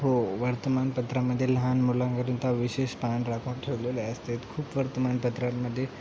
हो वर्तमानपत्रामध्ये लहान मुलांकरीता विशेष पान राखून ठेवलेले असतात खूप वर्तमानपत्रांमध्ये